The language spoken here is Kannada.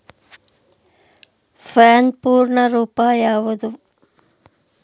ಪ್ಯಾನ್ ಪೂರ್ಣ ರೂಪ ಯಾವುದು?